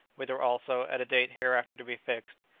whither also, at a date hereafter to be fixed,